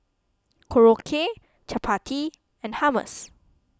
Korokke Chapati and Hummus